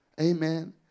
Amen